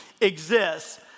exists